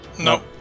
No